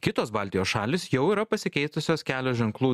kitos baltijos šalys jau yra pasikeitusios kelio ženklų